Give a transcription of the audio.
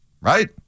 Right